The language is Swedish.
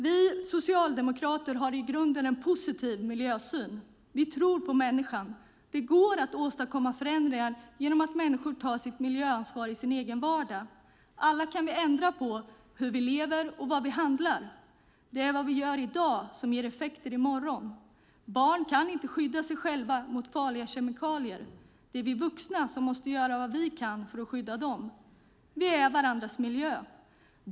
Vi socialdemokrater har i grunden en positiv miljösyn. Vi tror på människan. Det går att åstadkomma förändringar genom att människor tar sitt miljöansvar i sin egen vardag. Alla kan vi ändra på hur vi lever och vad vi handlar. Det är vad vi gör i dag som ger effekter i morgon. Barn kan inte skydda sig själva mot farliga kemikalier, utan det är vi vuxna som måste göra vad vi kan för att skydda dem. Vi är varandras miljö.